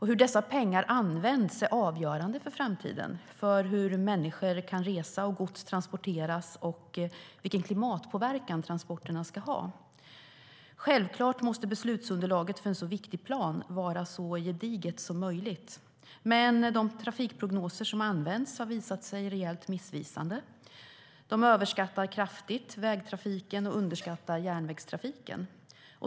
Hur dessa pengar används är avgörande för framtiden för hur människor kan resa, gods transporteras och vilken klimatpåverkan transporterna ska ha. Självklart måste beslutsunderlaget för en så viktig plan vara så gediget som möjligt, men de trafikprognoser som används har visat sig vara rejält missvisande. De överskattar kraftigt vägtrafiken och underskattar järnvägstrafiken.